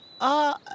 -uh